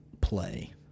play